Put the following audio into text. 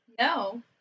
No